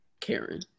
Karen